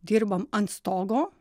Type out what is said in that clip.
dirbam ant stogo